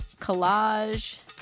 collage